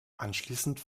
anschließend